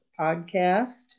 podcast